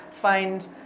find